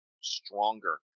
stronger